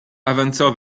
avanzò